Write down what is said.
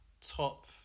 top